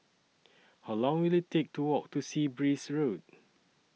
How Long Will IT Take to Walk to Sea Breeze Road